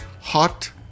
hot